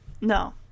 no